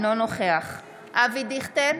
בעד אבי דיכטר,